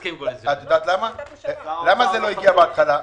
הסכם קואליציוני שבא לאישור הממשלה.